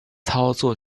操作